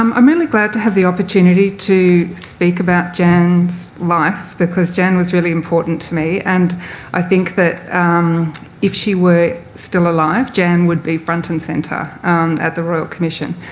um i'm really glad to have the opportunity to speak about jan's life because jan was really important to me. and i think that if she were still alive, jan would be front and centre at the royal commission.